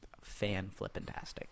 fan-flippantastic